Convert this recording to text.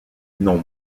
non